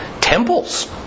temples